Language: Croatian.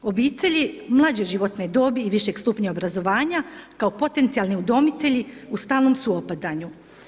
Obitelji mlađe životne dobi i višeg stupnja obrazovanja kao potencijalni udomitelji u stalnom su opadanju.